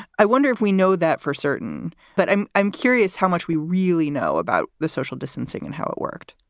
i wonder if we know that for certain. but i'm i'm curious how much we really know about this social distancing and how it worked